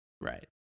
Right